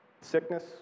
Sickness